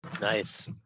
Nice